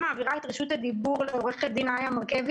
אני מעבירה את רשות הדיבור לעורכת הדין איה מרקביץ,